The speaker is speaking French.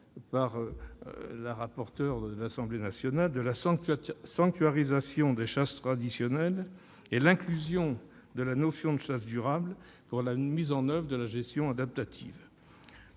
par la rapporteure de l'Assemblée nationale, de la sanctuarisation des chasses traditionnelles et de la prise en compte de la notion de chasse durable pour la mise en oeuvre de la gestion adaptative.